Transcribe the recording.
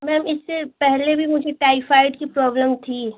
ma'am इससे पहले भी मुझे टाइफ़ाइड की प्रॉब्लम थी